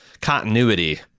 continuity